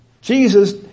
Jesus